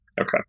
Okay